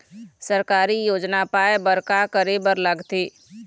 सरकारी योजना पाए बर का करे बर लागथे?